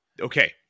Okay